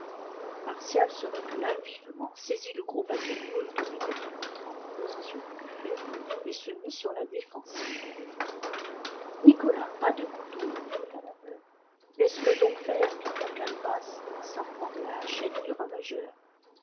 martial se recula vivement saisit le gros bâton noueux qu'il avait en entrant déposé sur le buffet et se mit sur la défensive nicolas pas de couteau répéta la veuve laissez-le donc faire cria calebasse en s'armant de la hachette du ravageur